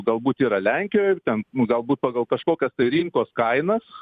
galbūt yra lenkijoj ir ten nu galbūt pagal kažkokias tai rinkos kainas